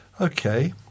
Okay